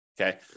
Okay